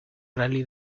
rally